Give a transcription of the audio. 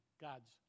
God's